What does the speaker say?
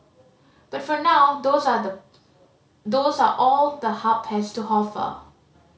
but for now those are the those are all the Hub has to offer